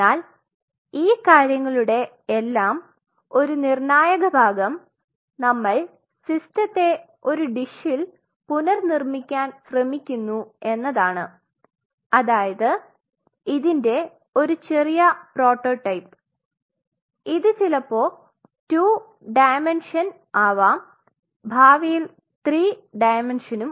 എന്നാൽ ഈ കാര്യങ്ങളുടെ എല്ലാം ഒരു നിർണായക ഭാഗം നമ്മൾ സിസ്റ്റത്തെ ഒരു ഡിഷിൽ പുനർനിർമിക്കാൻ ശ്രെമിക്കുന്നു എന്നതാണ് അതായത് ഇതിന്റെ ഒരു ചെറിയ പ്രോട്ടോടൈപ്പ് ഇത് ചിലപ്പോ 2 ഡയമെൻഷൻ ആവാം ഭാവിയിൽ 3 ഡയമെൻഷനും